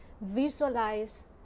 visualize